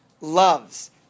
loves